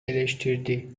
eleştirdi